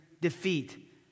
defeat